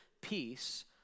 peace